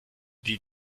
die